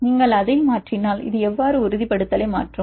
நீங்கள் அதை மாற்றினால் இது எவ்வாறு உறுதிப்படுத்தலை மாற்றும்